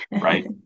right